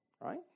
Right